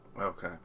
Okay